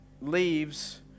leaves